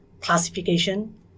classification